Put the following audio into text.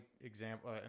example